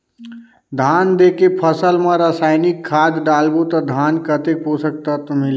धान देंके फसल मा रसायनिक खाद डालबो ता धान कतेक पोषक तत्व मिलही?